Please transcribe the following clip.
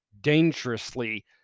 dangerously